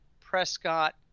Prescott